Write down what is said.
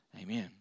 amen